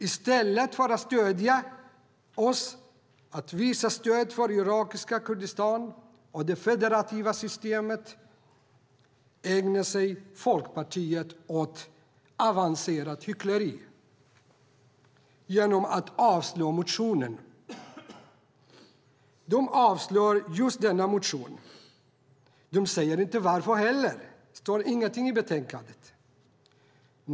I stället för att visa stöd för irakiska Kurdistan och det federativa systemet ägnar sig dock Folkpartiet åt avancerat hyckleri genom att avslå motionen. De avslår just denna motion och säger inte varför. Det står ingenting i betänkandet.